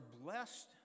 blessed